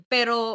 Pero